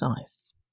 ice